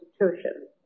institutions